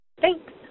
thanks